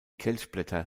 kelchblätter